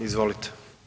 Izvolite.